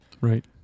Right